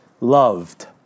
loved